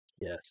yes